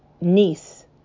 niece